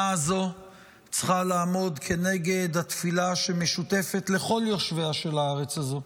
צריכה לעמוד כנגד התפילה שמשותפת לכל יושביה של הארץ הזו,